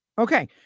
Okay